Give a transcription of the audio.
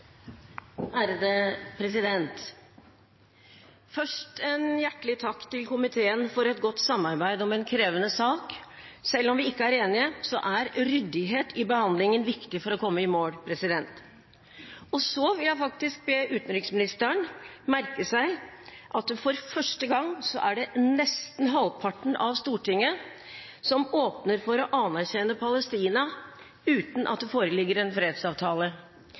Først en hjertelig takk til komiteen for et godt samarbeid om en krevende sak. Selv om vi ikke er enige, er ryddighet i behandlingen viktig for å komme i mål. Så vil jeg be utenriksministeren merke seg at for første gang åpner nesten halvparten av Stortinget for å anerkjenne Palestina uten at det foreligger en fredsavtale